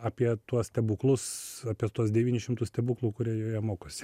apie tuos stebuklus apie tuos devynis šimtus stebuklų kurie joje mokosi